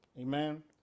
Amen